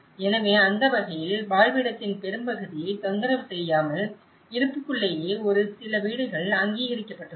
எனவே அந்த வகையில் வாழ்விடத்தின் பெரும்பகுதியைத் தொந்தரவு செய்யாமல் இருப்புக்குள்ளேயே ஒரு சில வீடுகள் அங்கீகரிக்கப்பட்டுள்ளன